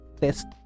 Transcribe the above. test